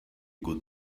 good